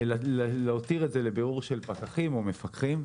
להותיר את זה לבירור של פקחים או מפקחים.